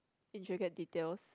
intricate details